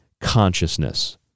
consciousness